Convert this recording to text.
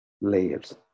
layers